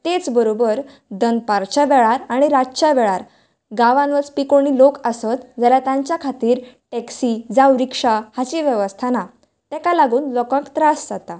तेच बरोबर दनपारच्या वेळार आनी रातच्या वेळार गांवांन वचपी कोण लोक आसत जाल्यार तांचे खातीर टॅक्सी जावं रिक्शा हांची वेवस्था ना ताका लागून लोकांक त्रास जाता